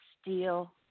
steel